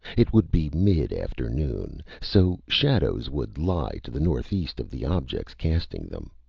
it would be mid-afternoon. so shadows would lie to the northeast of the objects casting them.